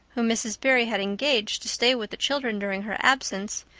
whom mrs. barry had engaged to stay with the children during her absence,